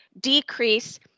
decrease